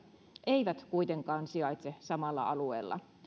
eivät kuitenkaan sijaitse samalla alueella